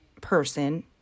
person